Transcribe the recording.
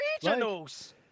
regionals